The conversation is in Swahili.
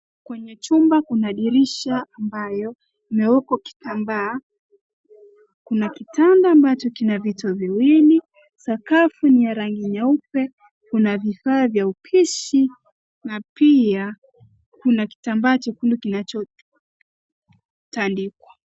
Kwenye chumba kuna dirisha ambayo imewekwa kitambaa, kuna kitanda ambacho kina vitu viwili. Sakafu ni ya rangi nyeupe, kuna vifaa vya upishi, na pia kuna kitambaa chekundu kinachotandikwa.